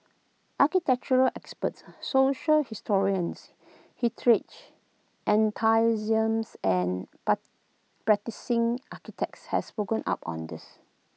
architectural experts social historians heritage enthusiasts and practising architects have spoken up on this